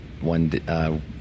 one